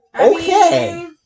Okay